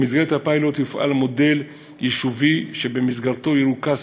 במסגרת הפיילוט יופעל מודל יישובי שבמסגרתו ירוכז